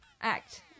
act